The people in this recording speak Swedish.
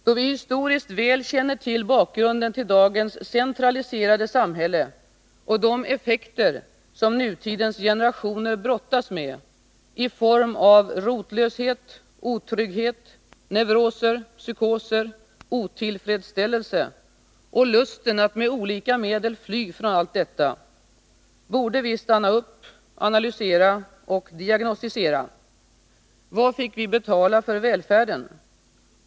Då vi historiskt väl känner till bakgrunden till dagens centraliserade samhälle och de effekter som nutidens generationer brottas med i form av rotlöshet, otrygghet, neuroser, psykoser, otillfredsställelse och lust att med olika medel fly från allt detta, borde vi stanna upp, analysera och diagnostisera. Vad fick vi betala för välfärden?